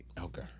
Okay